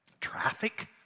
traffic